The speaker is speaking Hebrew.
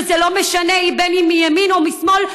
ולא משנה אם מימין או משמאל,